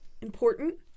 important